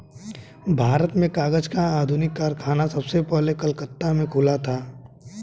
भारत में कागज का आधुनिक कारखाना सबसे पहले कलकत्ता में खुला था